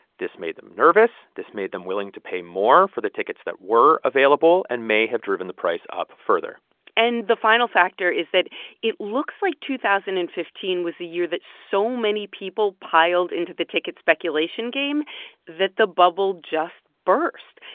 this made them nervous. this made them willing to pay more for the tickets that were available and may have driven the price up further and the final factor is that it looks like two thousand and fifteen was a year that so many people piled into the ticket speculation game that the bubble just burst.